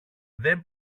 δεν